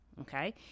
okay